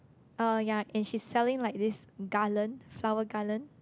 uh ya and she's selling like this garland flower garland